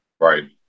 Right